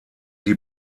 die